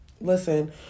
Listen